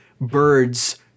birds